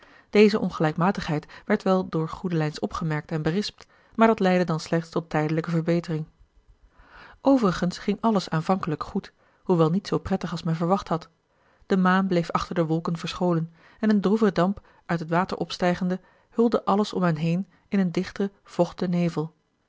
deze ongelijkmatigheid werd wel door goedelijns opgemerkt en berispt maar dat leidde dan slechts tot tijdelijke verbetering overigens ging alles aanvankelijk goed hoewel niet zoo prettig als men verwacht had de maan bleef achter de wolken verscholen en een droeve damp uit het water opstijgende hulde alles om hen heen in een dichten vochten nevel